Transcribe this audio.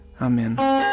Amen